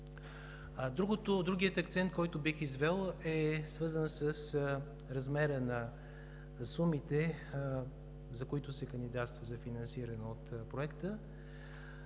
Другият акцент, който бих извел, е свързан с размера на сумите, за които се кандидатства, за финансиране от проекта,